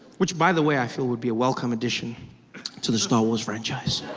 which by the way i feel would be a welcome addition to the star wars franchise.